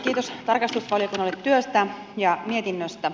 kiitos tarkastusvaliokunnalle työstä ja mietinnöstä